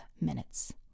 minutes